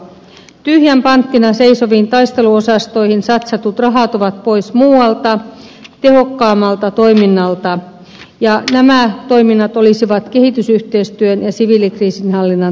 tyhjän panttina seisoviin taisteluosastoihin satsatut rahat ovat pois muualta tehokkaammalta toiminnalta ja nämä toiminnat olisivat kehitysyhteistyön ja siviilikriisinhallinnan toimia